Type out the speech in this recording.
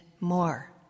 more